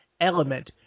element